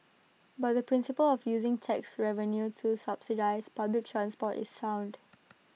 but the principle of using tax revenue to subsidise public transport is sound